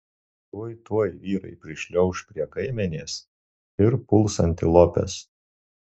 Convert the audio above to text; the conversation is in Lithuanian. tuoj tuoj vyrai prišliauš prie kaimenės ir puls antilopes